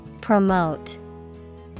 Promote